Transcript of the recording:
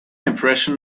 impression